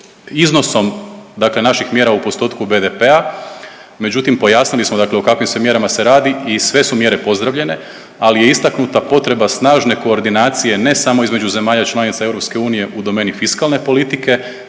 iznosom dakle naših mjera u postotku BDP-a, međutim pojasnili smo dakle o kakvim se mjerama sve radi i sve su mjere pozdravljene, ali je istaknuta potreba snažne koordinacije ne samo između zemalja članica EU u domeni fiskalne politike